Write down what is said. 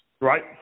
right